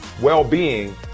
well-being